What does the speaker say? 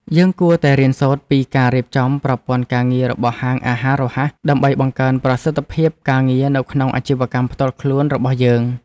យើងគួរតែរៀនសូត្រពីការរៀបចំប្រព័ន្ធការងាររបស់ហាងអាហាររហ័សដើម្បីបង្កើនប្រសិទ្ធភាពការងារនៅក្នុងអាជីវកម្មផ្ទាល់ខ្លួនរបស់យើង។